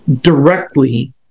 directly